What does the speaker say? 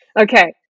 Okay